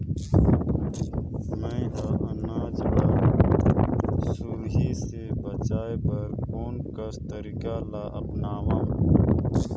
मैं ह अनाज ला सुरही से बचाये बर कोन कस तरीका ला अपनाव?